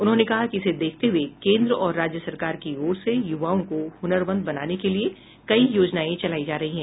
उन्होंने कहा कि इसे देखते हये केन्द्र और राज्य सरकार की ओर से यूवाओं को हनरमंद बनाने के लिए कई योजनाएं चलायी जा रही है